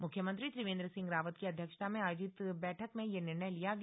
मुख्यमंत्री त्रिवेन्द्र सिंह रावत की अध्यक्षता में आयोजित बैठक में यह निर्णय लिया गया